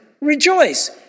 rejoice